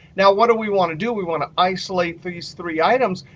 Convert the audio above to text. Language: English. now what do we want to do? we want to isolate these three items.